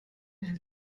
hält